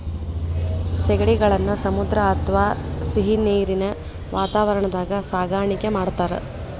ಸೇಗಡಿಗಳನ್ನ ಸಮುದ್ರ ಅತ್ವಾ ಸಿಹಿನೇರಿನ ವಾತಾವರಣದಾಗ ಸಾಕಾಣಿಕೆ ಮಾಡ್ತಾರ